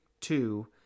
two